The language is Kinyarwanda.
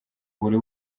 buri